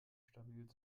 stabil